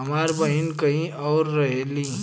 हमार बहिन कहीं और रहेली